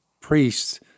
priests